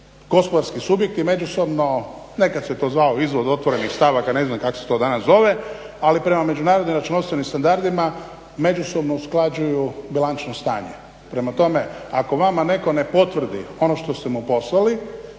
gospodarski subjekti međusobno nekad se to zvalo izvod otvorenih stavaka, ne znam kako se to danas zove, ali prema međunarodnim računovodstvenim standardima međusobno usklađuju bilančno stanje. Prema tome, ako vama netko ne potvrdi ono što ste mu poslali